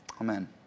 Amen